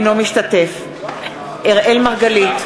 בעד אברהם מיכאלי,